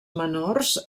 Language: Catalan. menors